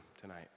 tonight